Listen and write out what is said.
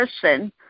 person